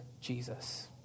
Jesus